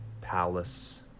palace